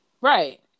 right